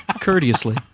courteously